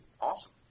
Awesome